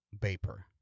vapor